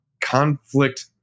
conflict